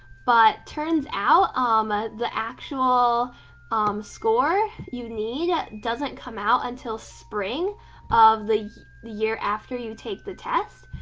but turns out um ah the actual um score you need ah doesn't come out until spring of the the year after you take the test,